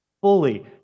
fully